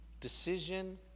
decision